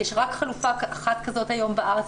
יש רק חלופה אחת כזאת היום בארץ,